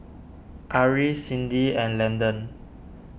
Ari Cindy and Landon